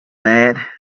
bad